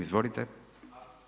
Izvolite.